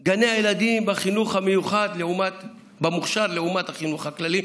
השוואת גני הילדים בחינוך המיוחד במוכש"ר לעומת החינוך הכללי.